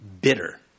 bitter